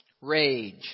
rage